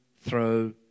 throw